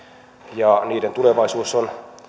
ja niiden tulevaisuus on